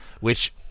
which-